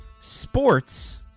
sports